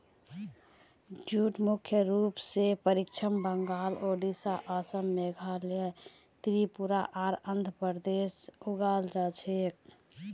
jute मुख्य रूप स पश्चिम बंगाल, ओडिशा, असम, मेघालय, त्रिपुरा आर आंध्र प्रदेशत उगाल जा छेक